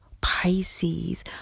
Pisces